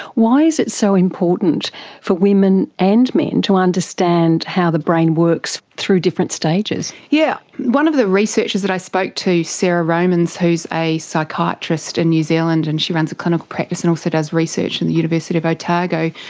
why is it so important for women and men to understand how the brain works through different stages? yeah one of the researchers that i spoke to, sarah romans, who is a psychiatrist in new zealand and she runs a clinical practice and also does research in the university of otago,